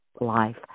life